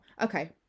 Okay